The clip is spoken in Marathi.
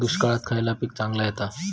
दुष्काळात खयला पीक चांगला येता?